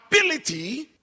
ability